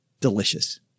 Delicious